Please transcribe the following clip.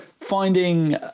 finding